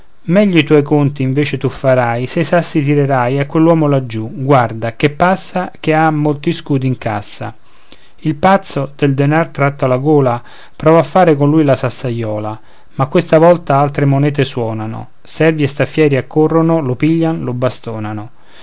meglio i tuoi conti invece tu farai se i sassi tirerai a quell'uomo laggiù guarda che passa che ha molti scudi in cassa il pazzo del denar tratto alla gola prova a fare con lui la sassaiola ma questa volta altre monete suonano servi e staffieri accorrono lo piglian lo bastonano